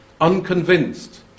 Unconvinced